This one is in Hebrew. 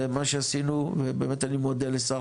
זה מה שעשינו ובאמת אני מודה לשר